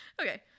Okay